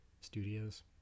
Studios